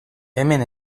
hemen